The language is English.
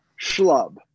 Schlub